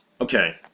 Okay